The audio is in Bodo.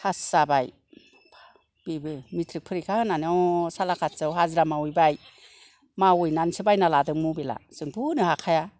फास जाबाय बेबो मेट्रिक फरिखा होनानै ह' सालाखाथियाव हाजिरा मावहैबाय मावहैनानैसो बायना लादों मबाइला जोंथ' होनो हाखाया